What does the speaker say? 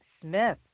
Smith